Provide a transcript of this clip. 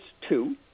two